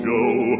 Joe